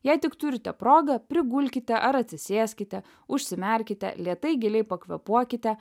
jei tik turite progą prigulkite ar atsisėskite užsimerkite lėtai giliai pakvėpuokite